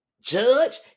Judge